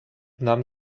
nahm